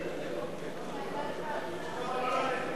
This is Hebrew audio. ההצעה להסיר